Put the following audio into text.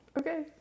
Okay